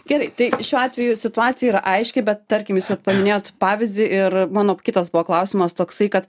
gerai tai šiuo atveju situacija yra aiški bet tarkim jūs vat paminėjot pavyzdį ir mano kitas buvo klausimas toksai kad